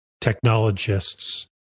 technologists